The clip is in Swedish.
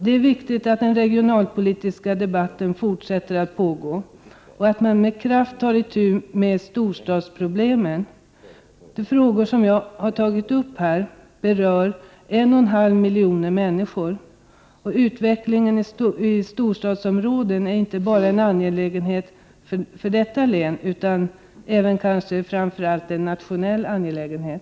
Det är viktigt att den regionalpolitiska debatten fortsätter och att vi med kraft tar itu med storstadsproblemen. Frågor som jag här har tagit upp berör 1,5 miljoner människor. Utvecklingen i storstadsområden är inte bara en angelägenhet för resp. län utan kanske framför allt en nationell angelägenhet.